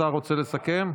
השר רוצה לסכם?